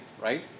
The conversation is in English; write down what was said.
Right